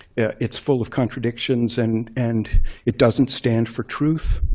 it's full of contradictions, and and it doesn't stand for truth.